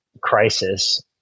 crisis